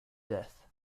death